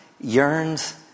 yearns